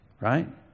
Right